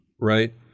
right